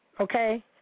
Okay